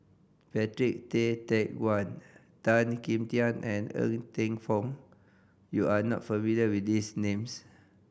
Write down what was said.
Patrick Tay Teck Guan Tan Kim Tian and Ng Teng Fong you are not familiar with these names